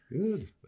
Good